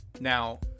Now